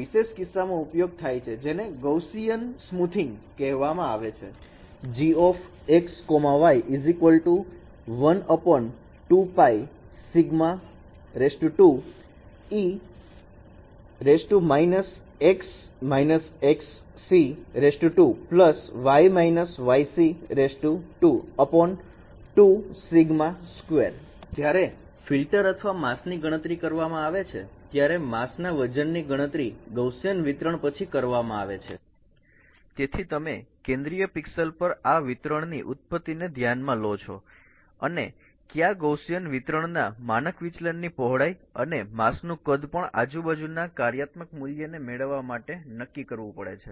વિશેષ કિસ્સામાં ઉપયોગ થાય છે જેને ગૌસીયન સ્મૂથિંગ કહેવામાં આવે છે 𝑥𝑦 12𝜋𝜎2𝑒−𝑥−𝑥𝑐2𝑦−𝑦𝑐2 જ્યારે ફીલ્ટર અથવા માસની ગણતરી કરવામાં આવે છે ત્યારે માસ ના વજન ની ગણતરી ગૌસીયન વિતરણ પછી કરવામાં આવે છે તેથી તમે કેન્દ્રીય pixel પર આ વિતરણની ઉત્પત્તિને ધ્યાનમાં લો છો અને ક્યાં ગૌસીયન વિતરણના માનક વિચલનની પહોળાઈ અને માસ નુ કદ પણ આજુબાજુ ના કાર્યાત્મક મૂલ્ય ને મેળવવા માટે નક્કી કરવું પડે છે